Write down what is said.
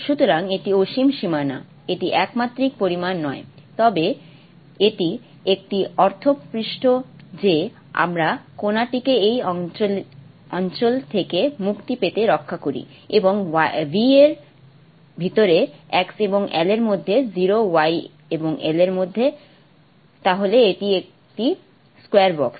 সুতরাং এটি অসীম সীমানা এটি এক মাত্রিক পরিমাণ নয় তবে এটি একটি অর্থে পৃষ্ঠ যে আমরা কণাটিকে এই অঞ্চল থেকে মুক্তি পেতে রক্ষা করি এবং V এর ভিতরে x এবং L এর মধ্যে 0 y এবং L এর মধ্যে তাহলে এটি একটি স্কয়ার বক্স